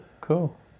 Cool